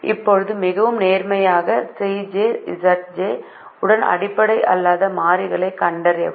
இப்போது மிகவும் நேர்மறையான Cj Zj உடன் அடிப்படை அல்லாத மாறியைக் கண்டறியவும்